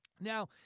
Now